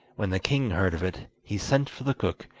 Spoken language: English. when the king heard of it, he sent for the cook,